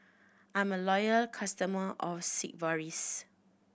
I'm a loyal customer of Sigvaris